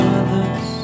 others